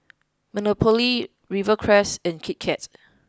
Monopoly Rivercrest and Kit Kat